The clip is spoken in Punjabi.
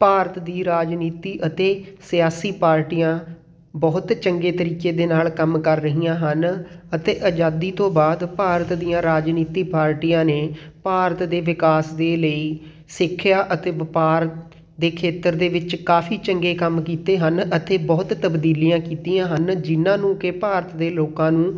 ਭਾਰਤ ਦੀ ਰਾਜਨੀਤੀ ਅਤੇ ਸਿਆਸੀ ਪਾਰਟੀਆਂ ਬਹੁਤ ਚੰਗੇ ਤਰੀਕੇ ਦੇ ਨਾਲ ਕੰਮ ਕਰ ਰਹੀਆਂ ਹਨ ਅਤੇ ਆਜ਼ਾਦੀ ਤੋਂ ਬਾਅਦ ਭਾਰਤ ਦੀਆਂ ਰਾਜਨੀਤੀ ਪਾਰਟੀਆਂ ਨੇ ਭਾਰਤ ਦੇ ਵਿਕਾਸ ਦੇ ਲਈ ਸਿੱਖਿਆ ਅਤੇ ਵਪਾਰ ਦੇ ਖੇਤਰ ਦੇ ਵਿੱਚ ਕਾਫੀ ਚੰਗੇ ਕੰਮ ਕੀਤੇ ਹਨ ਅਤੇ ਬਹੁਤ ਤਬਦੀਲੀਆਂ ਕੀਤੀਆਂ ਹਨ ਜਿਨ੍ਹਾਂ ਨੂੰ ਕਿ ਭਾਰਤ ਦੇ ਲੋਕਾਂ ਨੂੰ